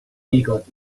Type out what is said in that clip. beagle